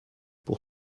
pour